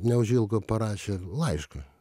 neužilgo parašė laišką